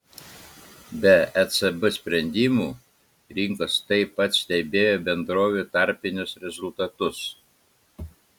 be ecb sprendimų rinkos taip pat stebėjo bendrovių tarpinius rezultatus